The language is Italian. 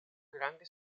grande